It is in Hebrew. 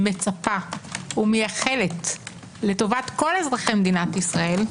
מצפה ומייחלת לטובת כל אזרחי מדינת ישראל,